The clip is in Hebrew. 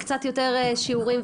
קצת יותר שיעורים,